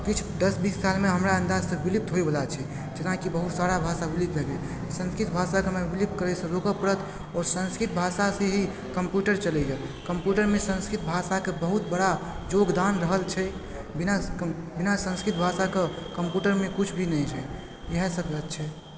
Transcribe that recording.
किछु दश बीस सालमे हमरा अंदाजसँ विलुप्त होइवला छै जेनाकि बहुत सारा भाषा विलुप्त भए गेलय संस्कृत भाषाके विलुप्त करयसँ रोकऽ परत और संस्कृत भाषासे ही कम्प्यूटर चलैए कंप्यूटरमे संस्कृत भाषाके बहुत बड़ा योगदान रहल छै बिना संस्कृत भाषाके कंप्यूटरमे किछु भी नहि छै इएह सभ बात छै